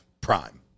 Prime